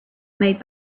made